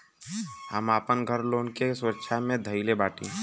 हम आपन घर लोन के सुरक्षा मे धईले बाटी